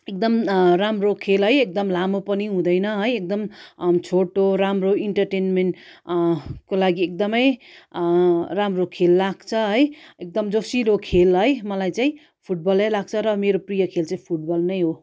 एकदम राम्रो खेल है एकदम लामो पनि हुँदैन है एकदम छोटो राम्रो इन्टर्टेनमेन्ट को लागि एकदम राम्रो खेल लाग्छ है एकदम जोसिलो खेल है मलाई चाहिँ फुटबलै लाग्छ र मेरो प्रिय खेल चाहिँ फुट बल नै हो